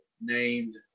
named